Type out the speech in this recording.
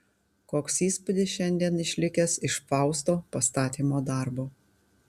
koks įspūdis šiandien išlikęs iš fausto pastatymo darbo